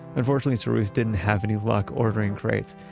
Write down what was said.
unfortunately, cyrus didn't have any luck ordering crates,